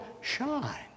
shine